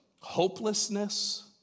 hopelessness